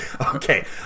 Okay